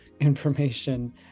information